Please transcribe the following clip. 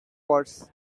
wars